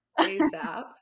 ASAP